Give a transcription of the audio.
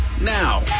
now